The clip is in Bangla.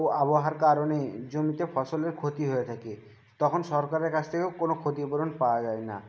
আবহাওয়ার কারণে জমিতে ফসলের ক্ষতি হয়ে থাকে তখন সরকারের কাছ থেকেও কোনো ক্ষতিপূরণ পাওয়া যায় না